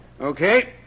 Okay